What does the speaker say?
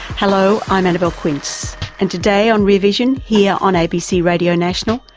hello i'm annabelle quine and today on rear vision yeah on abc radio national,